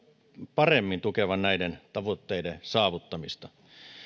paremmin tukevan näiden tavoitteiden saavuttamista